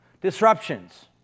disruptions